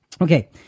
Okay